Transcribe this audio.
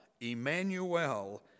Emmanuel